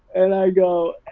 and i go,